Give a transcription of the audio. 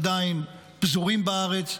פזורים בארץ,